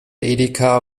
edeka